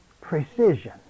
Precision